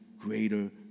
greater